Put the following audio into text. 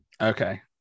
Okay